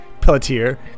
Pelletier